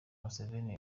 museveni